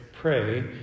pray